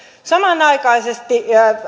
samanaikaisesti